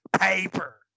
Paper